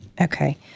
Okay